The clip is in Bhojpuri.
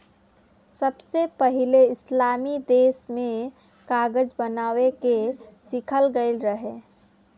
सबसे पहिले इस्लामी देश में कागज बनावे के सिखल गईल रहे